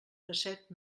dèsset